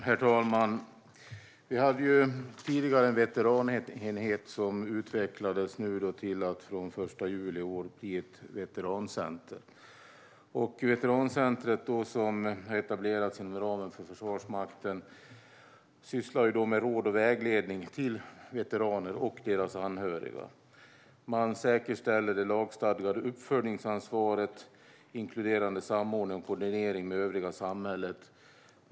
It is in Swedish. Herr talman! Vi hade tidigare en veteranenhet som nu utvecklats till att från den 1 juli i år bli ett veterancenter. Veterancentret, som har etablerats inom ramen för Försvarsmakten, sysslar med råd och vägledning till veteraner och deras anhöriga. Man säkerställer det lagstadgade uppföljningsansvaret, inkluderande samordning och koordinering med övriga samhället.